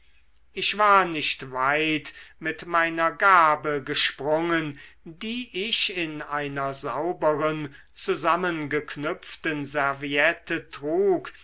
ich war nicht weit mit meiner gabe gesprungen die ich in einer sauberen zusammengeknüpften serviette trug